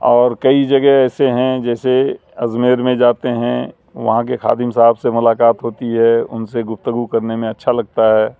اور کئی جگہ ایسے ہیں جیسے اجمیر میں جاتے ہیں وہاں کے خادم صاحب سے ملاقات ہوتی ہے ان سے گفتگو کرنے میں اچھا لگتا ہے